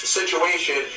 situation